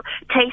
taste